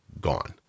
gone